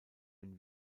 wenn